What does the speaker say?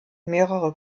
mehrere